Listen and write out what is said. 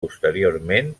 posteriorment